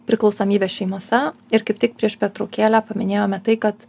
priklausomybę šeimose ir kaip tik prieš pertraukėlę paminėjome tai kad